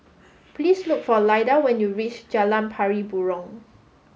please look for Lyda when you reach Jalan Pari Burong